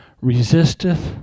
resisteth